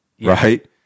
right